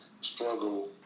struggle